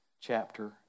chapter